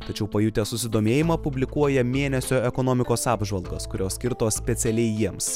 tačiau pajutęs susidomėjimą publikuoja mėnesio ekonomikos apžvalgos kurios skirtos specialiai jiems